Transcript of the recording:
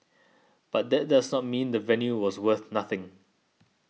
but that does not mean the venue was worth nothing